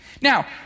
Now